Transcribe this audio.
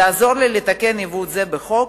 לעזור לי לתקן עיוות זה בחוק.